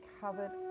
covered